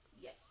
Yes